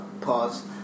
pause